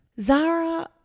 Zara